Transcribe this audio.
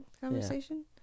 conversation